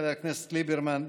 חבר הכנסת ליברמן,